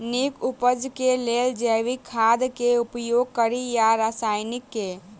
नीक उपज केँ लेल जैविक खाद केँ उपयोग कड़ी या रासायनिक केँ?